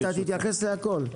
אתה תתייחס להכול.